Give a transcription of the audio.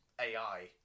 AI